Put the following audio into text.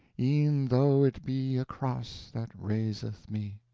e'en though it be a cross that raiseth me.